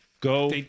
Go